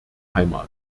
heimat